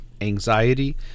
anxiety